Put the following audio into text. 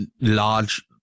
large